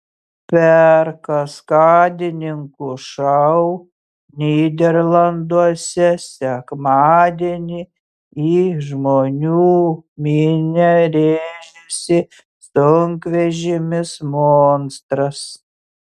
per kaskadininkų šou nyderlanduose sekmadienį į žmonų minią rėžėsi sunkvežimis monstras